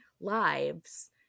lives